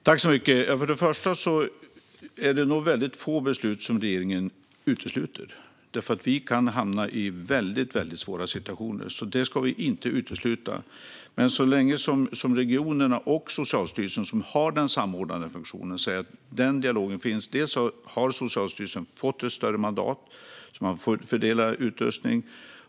Fru talman! Först och främst är det få beslut som regeringen utesluter. Vi ska inte utesluta att vi kan hamna i mycket svåra situationer. Regionerna och Socialstyrelsen, som har den samordnande funktionen, säger att den dialogen finns. Socialstyrelsen har fått ett större mandat för att fördela utrustning.